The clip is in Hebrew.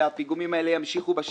והפיגומים האלה ימשיכו להיות בשטח,